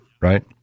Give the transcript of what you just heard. right